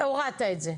הורדת את זה.